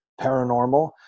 paranormal